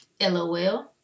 LOL